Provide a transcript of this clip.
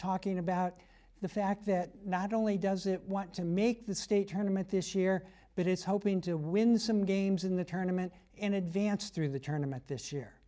talking about the fact that not only does it want to make the statement this year but is hoping to win some games in the tournament in advance through the tournaments this year